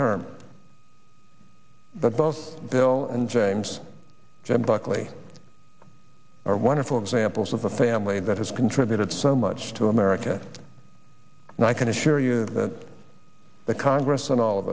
term but both bill and james jim buckley are wonderful examples of the family that has contributed so much to america and i can assure you that the congress and all of